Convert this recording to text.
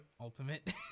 Ultimate